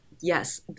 yes